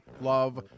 love